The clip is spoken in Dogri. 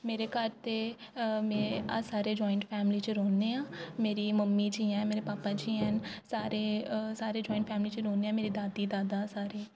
मेरे घर दे मैं अस सारे जाइंट फैमिली च रौह्न्ने आं मेरी मम्मी जियां मेरे पापा जियां सारे सारे जाइन फैमिली च रौह्न्ने आं मेरे दादी दादा सारे